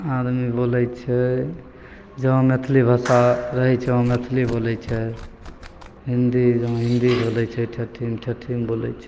आदमी बोलय छै जँ मैथिली भाषा रहय छै ओ मैथिली बोलय छै हिन्दी जँ हिन्दी बोलय छै ठेठीमे ठेठीमे बोलय छै